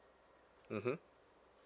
mmhmm